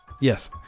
Yes